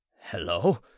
hello